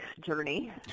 journey